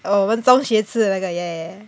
oh 我们中学吃的那个 ya